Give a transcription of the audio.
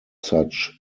such